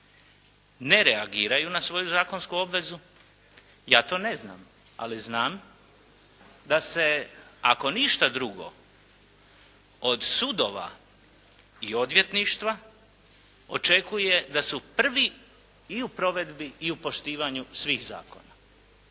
ne reagiraju na svoju zakonsku obvezu, ja to ne znam, ali znam da se ako ništa drugo od sudova i odvjetništva očekuje da su prvi i u provedbi i u poštivanju svih zakona.